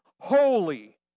holy